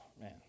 Man